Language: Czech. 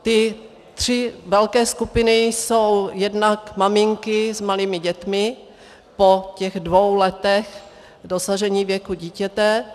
Ty tři velké skupiny jsou jednak maminky s malými dětmi po dvou letech dosažení věku dítěte.